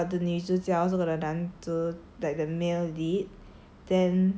so it's like got the 女主角 so got the 男主 like the male lead